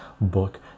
book